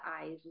eyes